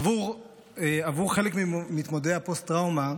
עבור חלק ממתמודדי הפוסט-טראומה,